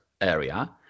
area